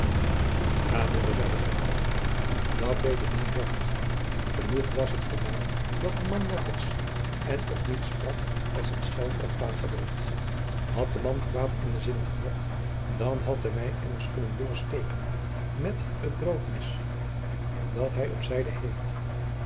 ja moeder zeide gheryt dat weet ik niet recht genoeg was het voor mij dat de man nat was en ook niet sprak als een schelm of vagabond had de man kwaôd in t zin ehad dan had hum mij immers kunnen doorsteken met het braôdmes dat hum op zijde heeft